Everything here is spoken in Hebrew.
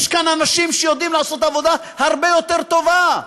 יש כאן אנשים שיודעים לעשות עבודה הרבה יותר טובה,